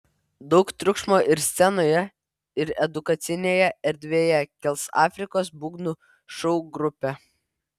daug triukšmo ir scenoje ir edukacinėje erdvėje kels afrikos būgnų šou grupė